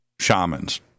shamans